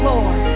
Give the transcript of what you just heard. Lord